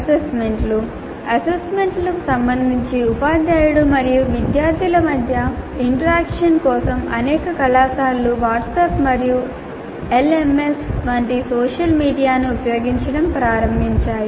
అసైన్మెంట్లు అసైన్మెంట్లకు సంబంధించి ఉపాధ్యాయుడు మరియు విద్యార్థుల మధ్య ఇంటరాక్షన్ కోసం అనేక కళాశాలలు వాట్సాప్ మరియు ఎల్ఎంఎస్ వంటి సోషల్ మీడియాను ఉపయోగించడం ప్రారంభించాయి